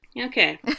Okay